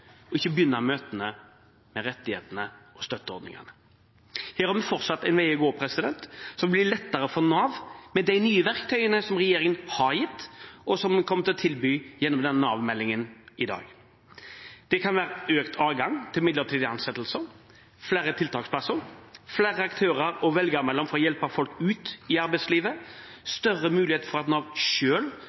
og ikke begynne møtene med rettighetene og støtteordningene. Her har vi fortsatt en vei å gå, som blir lettere for Nav med de nye verktøyene som regjeringen har gitt, og som den kommer til å tilby gjennom Nav-meldingen i dag. Det kan være økt adgang til midlertidige ansettelser, flere tiltaksplasser, flere aktører å velge mellom for å hjelpe folk ut i arbeidslivet, større mulighet for at Nav